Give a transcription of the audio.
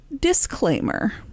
disclaimer